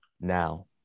Now